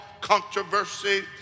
controversy